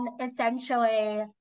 essentially